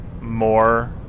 more